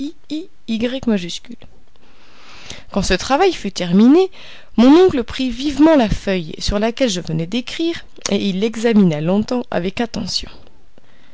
i i y quand ce travail fut terminé mon oncle prit vivement la feuille sur laquelle je venais d'écrire et il l'examina longtemps avec attention